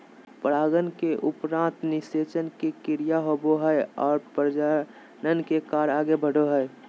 परागन के उपरान्त निषेचन के क्रिया होवो हइ और प्रजनन के कार्य आगे बढ़ो हइ